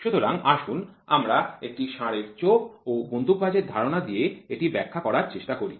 সুতরাং আসুন আমরা একটি ষাঁড়ের চোখ ও বন্দুকবাজের ধারণা দিয়ে এটি ব্যাখ্যা করার চেষ্টা করি